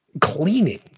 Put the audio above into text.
cleaning